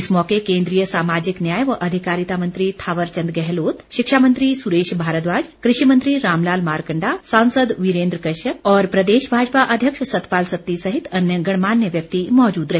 इस मौके केंद्रीय सामाजिक न्याय व अधिकारिता मंत्री थावर चंद गहलोत शिक्षा मंत्री सुरेश भारद्वाज कृषि मंत्री रामलाल मारकंडा सांसद वीरेंद्र कश्यप और प्रदेश भाजपा अध्यक्ष सतपाल सत्ती सहित अन्य गणमान्य व्यक्ति मौजूद रहे